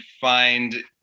find